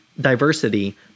diversity